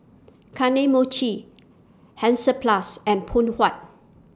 Kane Mochi Hansaplast and Poon Huat